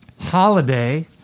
holiday